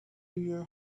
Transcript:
your